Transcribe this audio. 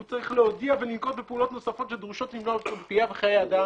הוא צריך להודיע ולנקוט בפעולות נוספות שדרושות למנוע פגיעה בחיי אדם.